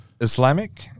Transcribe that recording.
islamic